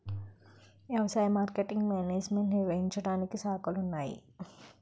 వ్యవసాయ marketing management నిర్వహించడానికి శాఖలున్నాయి